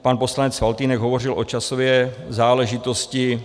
Pan poslanec Faltýnek hovořil o časové záležitosti.